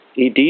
ED